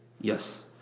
Yes